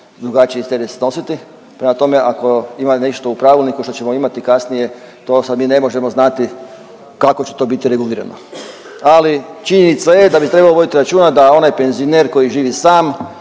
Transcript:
drugačiji teret snositi, prema tome ako ima nešto u pravilniku što ćemo imati kasnije to sad mi ne možemo znati kako će to biti regulirano. Ali činjenica je da bi trebalo voditi računa da onaj penzioner koji živi sam